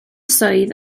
swydd